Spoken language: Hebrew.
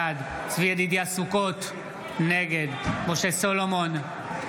בעד צבי ידידיה סוכות, נגד משה סולומון,